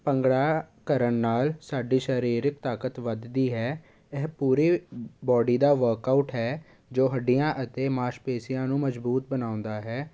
ਭੰਗੜਾ ਕਰਨ ਨਾਲ ਸਾਡੀ ਸਰੀਰਕ ਤਾਕਤ ਵੱਧਦੀ ਹੈ ਇਹ ਪੂਰੇ ਬੋਡੀ ਦਾ ਵਰਕਆਊਟ ਹੈ ਜੋ ਹੱਡੀਆਂ ਅਤੇ ਮਾਸਪੇਸ਼ੀਆਂ ਨੂੰ ਮਜ਼ਬੂਤ ਬਣਾਉਂਦਾ ਹੈ